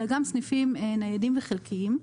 אלא גם על סניפים ניידים וחלקיים,